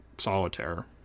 solitaire